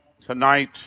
tonight